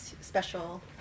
special